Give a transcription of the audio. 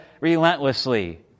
relentlessly